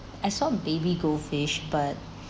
I saw baby goldfish but